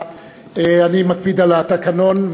אני מקפיד על התקנון,